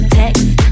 text